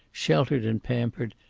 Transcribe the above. sheltered and pampered,